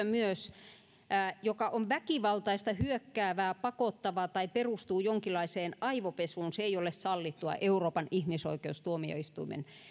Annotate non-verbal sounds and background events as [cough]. [unintelligible] myös julistustyö joka on väkivaltaista hyökkäävää pakottavaa tai perustuu jonkinlaiseen aivopesuun ei ole sallittua euroopan ihmisoikeustuomioistuimen